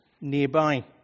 nearby